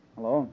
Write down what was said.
Hello